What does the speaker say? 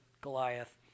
Goliath